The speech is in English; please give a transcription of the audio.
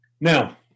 Now